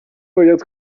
باید